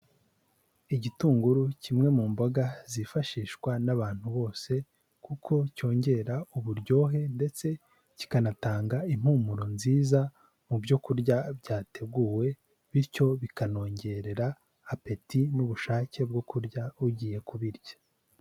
Igitunguru kimwe mu mboga zifashishwa n'abantu bose kuko cyongera uburyohe ndetse kikanatanga impumuro nziza mu byo kurya byateguwe, bityo bikanongerera apeti n'ubushake bwo kurya ugiye kubirya.